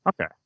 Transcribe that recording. okay